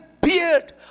beard